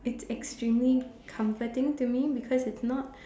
it's extremely comforting to me because it's not